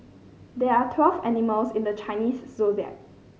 there are twelve animals in the Chinese Zodiac